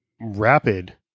rapid